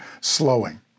slowing